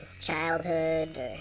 childhood